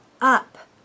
up